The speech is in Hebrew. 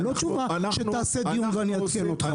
לא תשובה של "תעשה דיון ואני אעדכן אותך".